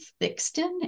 Thixton